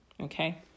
Okay